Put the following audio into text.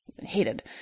hated